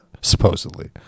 supposedly